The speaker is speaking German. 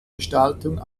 gestaltung